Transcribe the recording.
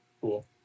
Cool